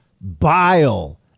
bile